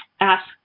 ask